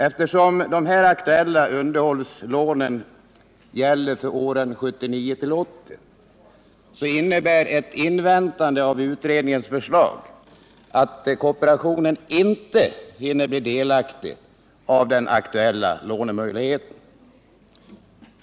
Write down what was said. Eftersom de aktuella underhållslånen gäller för åren 1979-1980, innebär ett 101 inväntande av utredningens förslag att kooperationen inte hinner bli delaktig av den aktuella lånemöjligheten.